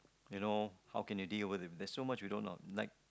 you know how can you deal with him there's so much you don't know